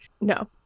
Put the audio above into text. no